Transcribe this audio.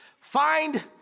Find